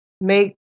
make